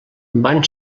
van